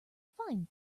fine